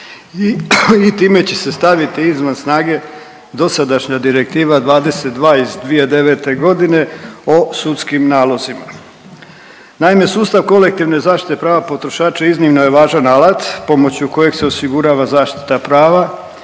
i time će se staviti izvan snage dosadašnja Direktiva 22 iz 2009.g. o sudskim nalozima. Naime, sustav kolektivne zaštite prava potrošača iznimno je važan alat pomoću kojeg se osigurava zaštita prava